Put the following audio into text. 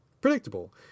predictable